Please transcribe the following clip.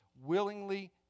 willingly